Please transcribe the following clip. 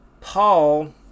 Paul